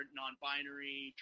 non-binary